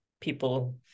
people